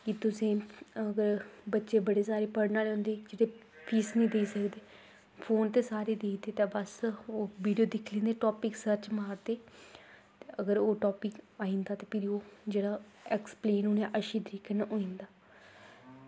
कि तुसें अगर बच्चे बड़े सारे पढ़ने आह्ले होंदे क्योंकि फीस निं देई सकदे फोन ते सारे दिखदे ते बस ओह् वीडियो दिखदे टापिक सर्च मारदे ते अगर ओह् टापिक आई जंदा ते फिरी ओह् जेह्ड़ा ऐक्सप्लेन उ'नें अच्छी तरीकै कन्नै होई जंदा